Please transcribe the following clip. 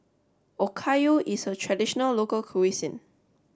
Okayu is a traditional local cuisine